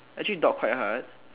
actually dog quite hard